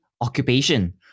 occupation